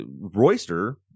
royster